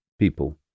people